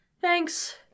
Thanks